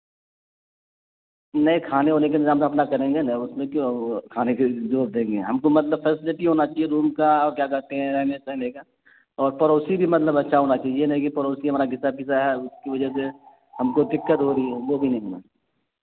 نہیں کھانے وانے کے نظام تو اپنا کریں گے نا اس میں کیوں کھانے کے زور دیں گے ہم کو مطلب فیسلٹی ہونا چاہیے روم کا اور کیا کہتے ہیں رہنے سہنے کا اور پڑوسی بھی مطلب اچھا ہونا چاہیے نہیں کہ پڑوسی ہمارا گسہ پسا ہے اس کی وجہ سے ہم کو دقت ہو رہی ہے وہ بھی نہیں ہونا